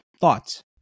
thoughts